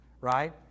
right